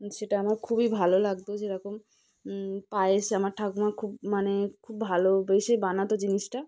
সেটা আমার খুবই ভালো লাগতো যেরকম পায়েস আমার ঠাকুমা খুব মানে খুব ভালোবেসে বানাতো জিনিসটা